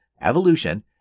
evolution